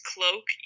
Cloak